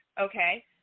okay